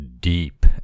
deep